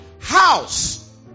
house